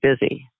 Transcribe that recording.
busy